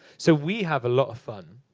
so we have a lot of fun.